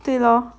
对 loh